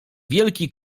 wielki